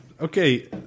Okay